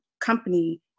company